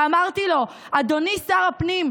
ואמרתי לו: אדוני שר הפנים,